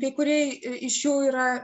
kai kurie iš jų yra